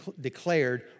declared